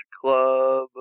Club